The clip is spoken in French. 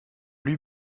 lui